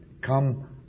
come